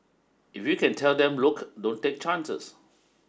if you can tell them look don't take chances